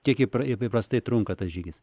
kiek įprastai trunka tas žygis